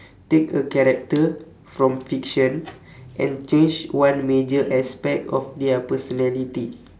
take a character from fiction and change one major aspect of their personality